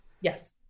Yes